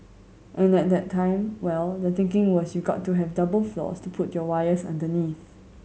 and at that time well the thinking was you got to have double floors to put your wires underneath